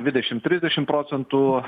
dvidešim trisdešim procentų